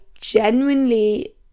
genuinely